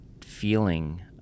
feeling